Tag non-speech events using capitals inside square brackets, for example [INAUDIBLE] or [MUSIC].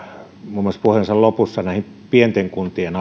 muun muassa puheensa lopussa pienten kuntien [UNINTELLIGIBLE]